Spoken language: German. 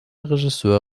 regisseur